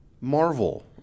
Marvel